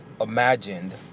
imagined